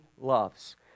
loves